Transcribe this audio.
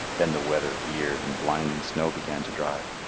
then the weather veered and blinding snow began to drive.